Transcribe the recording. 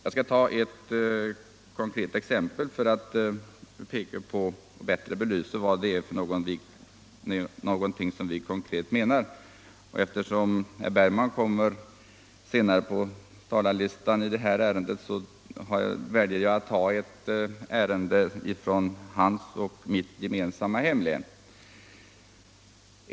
Jag skall ta ett konkret exempel för att bättre belysa vad vi menar. Eftersom herr Bergman i Göteborg senare kommer att tala väljer jag ett ärende från hans och mitt gemensamma hemlän.